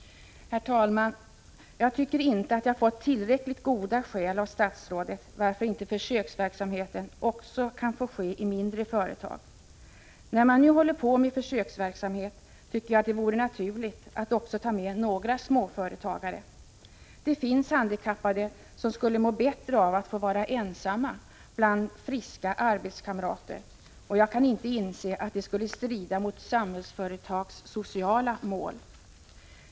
Herr talman! Jag tycker inte att jag fått tillräckligt goda skäl av statsrådet för att inte försöksverksamheten också kan få ske i mindre företag. När man nu håller på med en försöksverksamhet tycker jag att det vore naturligt att också ta med några småföretagare. Det finns handikappade som skulle må bättre av att få vara ”ensamma” bland friska arbetskamrater, och jag kan inte inse att det skulle strida mot Samhällsföretags sociala mål.